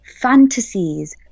fantasies